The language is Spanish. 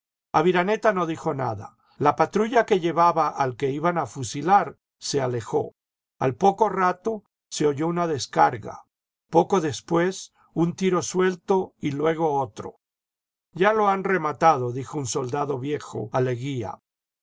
aviraneta no dijo nada la patrulla que llevaba al que iban a fusilar se alejó al poco rato se oyó una descarga poco después un tiro suelto y luego otro ya lo han rematado dijo un soldado viejo